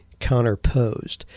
counterposed